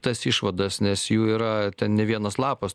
tas išvadas nes jų yra ten ne vienas lapas